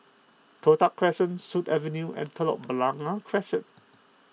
Toh Tuck Crescent Sut Avenue and Telok Blangah Crescent